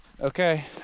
Okay